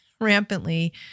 rampantly